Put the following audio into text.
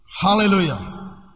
Hallelujah